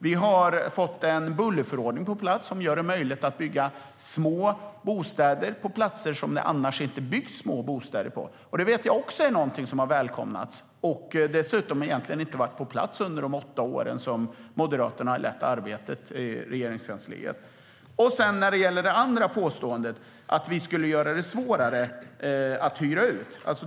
Vi har fått en bullerförordning på plats som gör det möjligt att bygga små bostäder på platser där det annars inte byggs små bostäder. Jag vet att detta också är någonting som har välkomnats, och dessutom egentligen inte varit på plats under de åtta år som Moderaterna har lett arbetet i Regeringskansliet. Det andra påståendet handlade om att vi skulle göra det svårare att hyra ut.